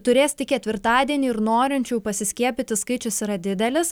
turės tik ketvirtadienį ir norinčiųjų pasiskiepyti skaičius yra didelis